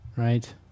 Right